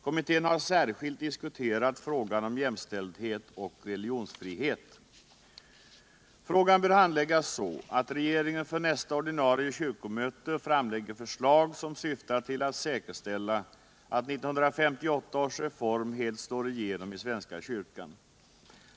Kommittén har särskilt diskuterat frågan om jämställdhet och religionsfrihet. Frågan bör handläggas så, att regeringen för nästa ordinarie kyrkomöte framlägger förslag, som syftar till att säkerställa att 1958 års reform helt slår igenom i svenska kyrkan.